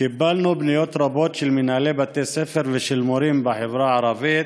קיבלנו פניות רבות של מנהלי בתי ספר ושל מורים בחברה הערבית,